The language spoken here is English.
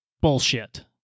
Bullshit